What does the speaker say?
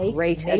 Great